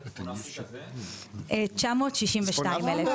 עכשיו את יכולה